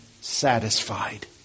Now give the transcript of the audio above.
satisfied